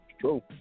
True